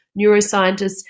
neuroscientists